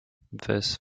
this